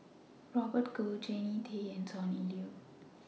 Robert Goh Jannie Tay and Sonny Liew